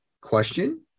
question